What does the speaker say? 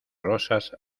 rosas